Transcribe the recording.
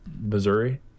Missouri